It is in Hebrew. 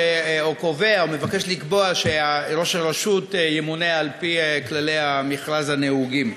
או קובע או מבקש לקבוע שראש הרשות ימונה על-פי כללי המכרז הנהוגים,